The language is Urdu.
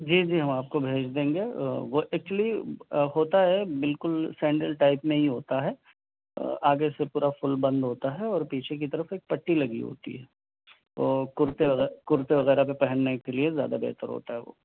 جی جی ہم آپ کو بھیج دیں گے وہ ایکچولی ہوتا ہے بالکل سینڈل ٹائپ میں ہی ہوتا ہے آگے سے پورا فُل بند ہوتا ہے اور پیچھے کی طرف ایک پٹی لگی ہوتی ہے تو کُرتے وغیرہ کُرتے وغیرہ پہ پہننے کے لیے زیادہ بہتر ہوتا ہے وہ